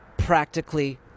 Practically